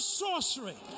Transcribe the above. sorcery